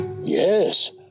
Yes